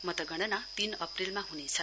मतगणना तीनु अप्रेलमा हुनेछ